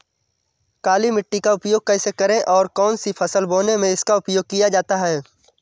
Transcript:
काली मिट्टी का उपयोग कैसे करें और कौन सी फसल बोने में इसका उपयोग किया जाता है?